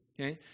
Okay